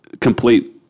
complete